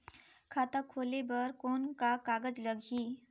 खाता खोले बर कौन का कागज लगही?